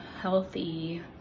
healthy